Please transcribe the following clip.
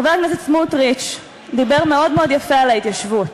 חבר הכנסת סמוטריץ דיבר מאוד מאוד יפה על ההתיישבות,